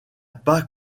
pas